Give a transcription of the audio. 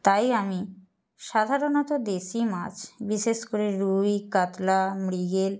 তাই আমি সাধারণত দেশি মাছ বিশেষ করে রুই কাতলা মৃগেল